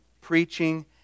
preaching